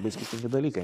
du skirtingi dalykai